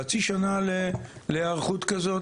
חצי שנה להיערכות כזאת?